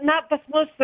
na pas mus